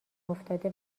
افتاده